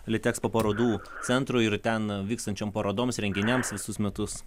litexpo parodų centrui ir ten vykstančiom parodoms renginiams visus metus